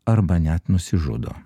arba net nusižudo